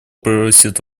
просит